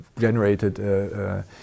generated